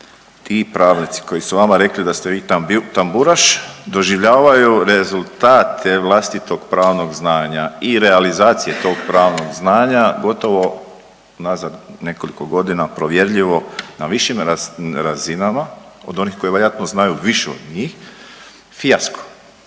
ti pravnici koji su vama rekli da ste vi tamburaš doživljavaju rezultate vlastitog pravnog znanja i realizacije tog pravnog znanja gotovo unazad nekoliko godina provjerljivo na višim razinama od onih koji vjerojatno znaju više od njih fijasko.